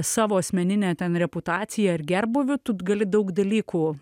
savo asmenine ten reputacija ir gerbūviu tu gali daug dalykų